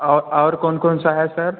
औ और कौन कौन सा है सर